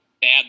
bad